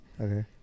Okay